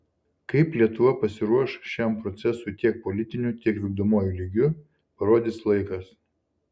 kaip lietuva pasiruoš šiam procesui tiek politiniu tiek vykdomuoju lygiu parodys laikas